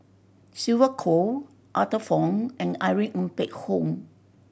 Sylvia Kho Arthur Fong and Irene Ng Phek Hoong